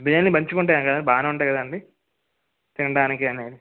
బిర్యానీలు మంచిగా ఉంటాయి కదా అండి బాగానే ఉంటాయి కదా అండి తినడానికి అండి